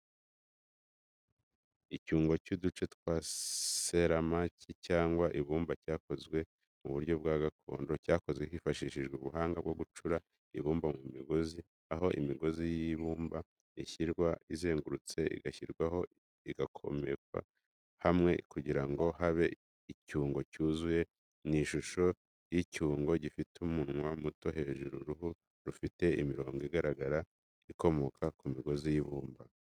Icyungo cy’uduce twa seramiki cyangwa ibumba cyakozwe mu buryo bwa gakondo. Cyakozwe hifashishijwe ubuhanga bwo gucura ibumba mu migozi, aho imigozi y’ibumba ishyirwa izengurutse, igashyirwaho igahomekwa hamwe kugira ngo habe icyungo cyuzuye. Ni mu ishusho y’icyungo gifite umunwa muto hejuru n’uruhu rufite imirongo igaragara ikomoka ku migozi y’ibumba.